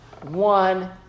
One